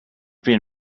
been